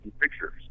pictures